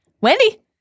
Wendy